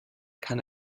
kann